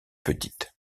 petites